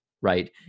right